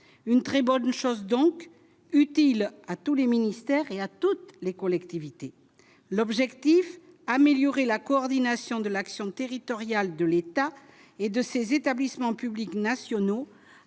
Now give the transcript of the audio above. une très bonne chose donc utile à tous les ministères et à toutes les collectivités, l'objectif, améliorer la coordination de l'action territoriale de l'État et de ses établissements publics nationaux